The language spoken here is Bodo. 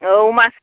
औ मा